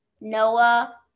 Noah